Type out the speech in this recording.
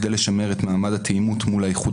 כדי לשמר את מעמד התאימות מול האיחוד